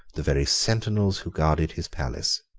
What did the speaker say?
the very sentinels who guarded his palace.